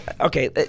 okay